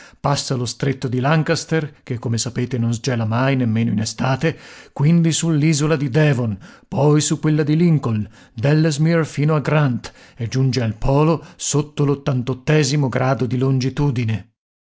passa lo stretto di lancaster che come sapete non sgela mai nemmeno in estate quindi sull'isola di devon poi su quella di lincoln d'ellesmere fino a grant e giunge al polo sotto l di longitudine